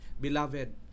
beloved